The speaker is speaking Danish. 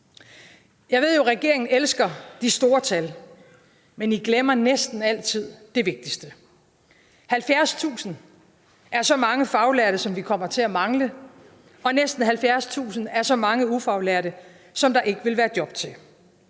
Jeg ved jo, regeringen elsker de store tal, men vi glemmer næsten altid det vigtigste. 70.000 er så mange faglærte, som vi kommer til at mangle, og næsten 70.000 er så mange ufaglærte, som der ikke vil være job til.